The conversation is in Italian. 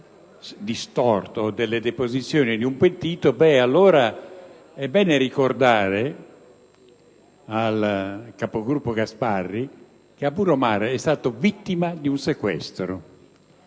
distorto delle deposizioni di un pentito, allora è bene ricordare al capogruppo Gasparri che Abu Omar è stato vittima di un sequestro,